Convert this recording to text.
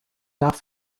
nach